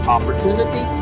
Opportunity